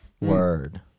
Word